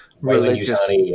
religious